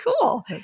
cool